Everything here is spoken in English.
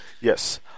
Yes